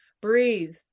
breathe